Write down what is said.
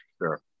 Sure